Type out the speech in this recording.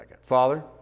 Father